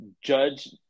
Judge